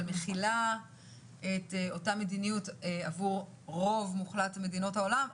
אבל מחילה את אותה מדיניות עבור רוב מוחלט של מדינות העולם,